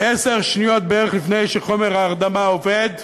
עשר שניות בערך לפני שחומר ההרדמה עובד,